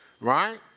Right